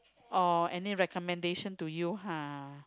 oh any recommendation to you !huh!